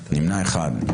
3 בעד,